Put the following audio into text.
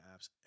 apps